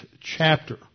chapter